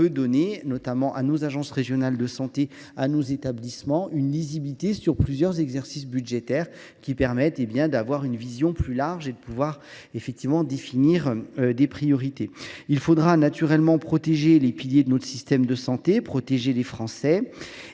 donner, notamment à nos agences régionales de santé et à nos établissements, une lisibilité sur plusieurs exercices budgétaires qui permette d’avoir une vision plus large et de définir des priorités. Il faudra naturellement protéger les piliers de notre système de santé, protéger les Français.